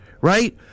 right